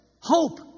Hope